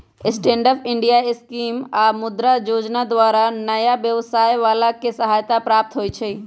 stand up India scheme आऽ मुद्रा जोजना द्वारा नयाँ व्यवसाय बला के सहायता प्राप्त होइ छइ